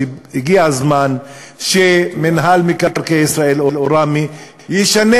שהגיע הזמן שמינהל מקרקעי ישראל או רמ"י ישנה